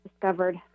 discovered